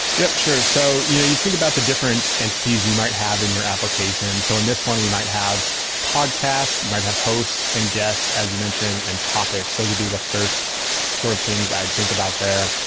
yup. sure. so you know you think about the different entities you might have in your application. so in this one, we might have podcasts. you might have hosts and guests, as you mention, and topics. those would be the first sort of things i'd think about there.